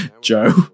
Joe